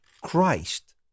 christ